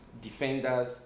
defenders